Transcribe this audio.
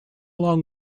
long